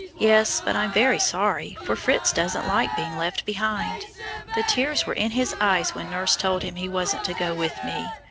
yes, but i'm very sorry, for fritz doesn't like being left behind the tears were in his eyes when nurse told him he wasn't to go with me.